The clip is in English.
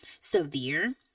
severe